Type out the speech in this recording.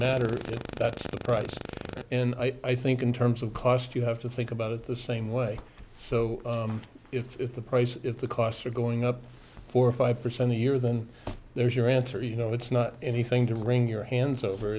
matter that's the price and i think in terms of cost you have to think about it the same way so if the price if the costs are going up four or five percent a year then there's your answer you know it's not anything to wring your hands over